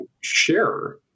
share